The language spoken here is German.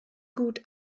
gut